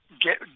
Get